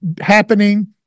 happening